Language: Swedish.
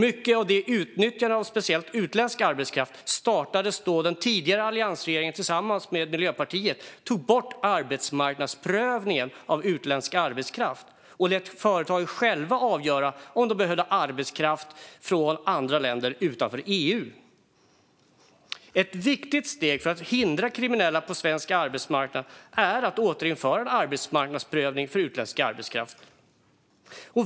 Mycket av utnyttjandet av speciellt utländsk arbetskraft startade då den tidigare alliansregeringen tillsammans med Miljöpartiet tog bort arbetsmarknadsprövningen av utländsk arbetskraft och lät företagen själva avgöra om de behövde arbetskraft från länder utanför EU. Ett viktigt steg för att hindra kriminella på svensk arbetsmarknad är att återinföra en arbetsmarknadsprövning för utländsk arbetskraft.